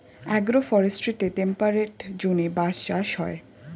agro ফরেস্ট্রিতে temperate জোনে বাঁশ চাষ হয়